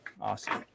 Awesome